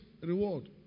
reward